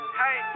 hey